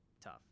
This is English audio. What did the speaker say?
tough